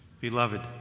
Beloved